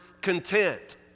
content